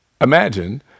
Imagine